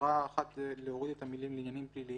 הערה אחת היא להוריד את המילים "לעניינים פליליים".